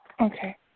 Okay